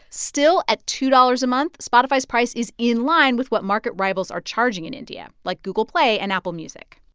still, at two dollars a month, spotify's price is in line with what market rivals are charging in india, like google play and apple music.